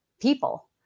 people